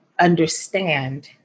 understand